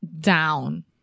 Down